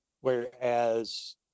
whereas